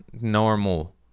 normal